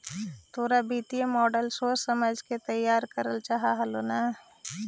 तोरा वित्तीय मॉडल सोच समझ के तईयार करे के चाह हेलो न